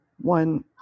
one